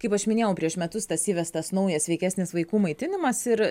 kaip aš minėjau prieš metus tas įvestas naujas sveikesnis vaikų maitinimas ir